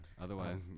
Otherwise